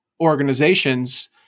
organizations